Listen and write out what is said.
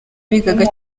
bigaga